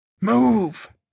Move